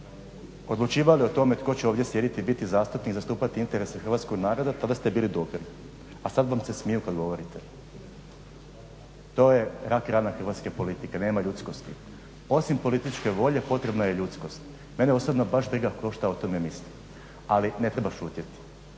odlučivali o tome tko će ovdje sjediti i biti zastupnik zastupati interese hrvatskog naroda tada ste bili dobri a sada vam se smiju kada govorite, to je rak rana hrvatske politike, nema ljudskosti. Osim političke volje potrebna je ljudskost. Mene osobno baš briga tko šta o tome misli ali ne treba šutjeti.